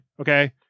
okay